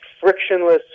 frictionless